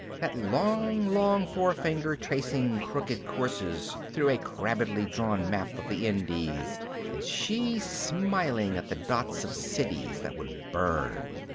that long long forefinger tracing crooked courses through a crabbedly drawn map of the indies and she smiling at the dots of cities that would burn.